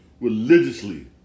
religiously